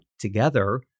together